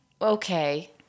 Okay